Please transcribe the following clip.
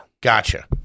gotcha